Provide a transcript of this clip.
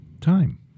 time